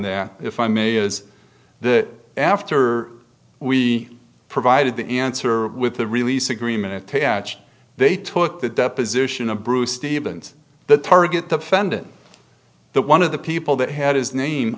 that if i may is that after we provided the answer with the release agreement attached they took the deposition of bruce stevens the target the fended the one of the people that had his name